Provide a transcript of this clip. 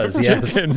yes